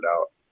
out